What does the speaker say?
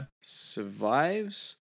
survives